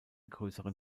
größeren